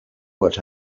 what